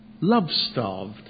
love-starved